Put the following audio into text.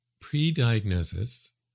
pre-diagnosis